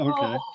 Okay